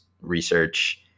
research